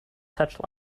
touch